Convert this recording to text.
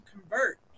convert